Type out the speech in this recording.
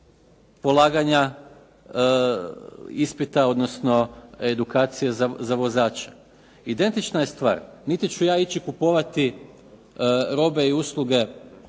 polaganja ispita, odnosno edukacije za vozače? Identična je stvar, niti ću ja ići kupovati robe i usluge